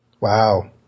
Wow